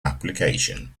application